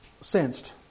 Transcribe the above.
sensed